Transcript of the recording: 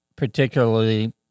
particularly